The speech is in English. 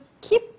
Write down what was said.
keep